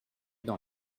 dans